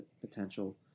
potential